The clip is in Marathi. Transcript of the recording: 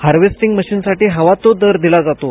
हार्वेस्टिंग मशीनसाठी हवा तो दर दिला जातो